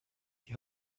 die